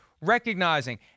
recognizing